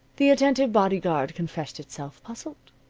the attentive bodyguard confessed itself puzzled.